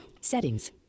settings